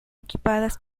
equipadas